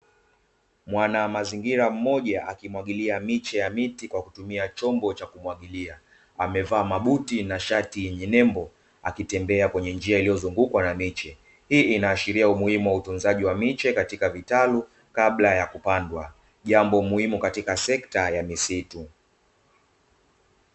Mwanamazingira mmoja akimwagilia miche ya miti, kwa kutumia chombo cha kumwagilia, amevaa mabuti na shati yenye nembo akitembea kwenye njia iliyozungukwa na miche hii. Inaashiria umuhimu wa utunzaji wa miche katika vitalu kabla ya kupandwa jambo muhimu katika sekta ya misitu.